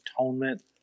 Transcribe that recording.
atonement